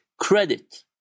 credit